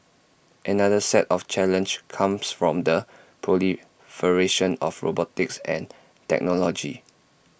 another set of challenge comes from the proliferation of robotics and technology